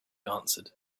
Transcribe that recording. answered